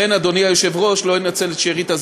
לכן, אדוני היושב-ראש, לא אנצל את שארית הזמן,